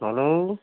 hello